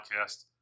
podcast